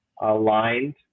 aligned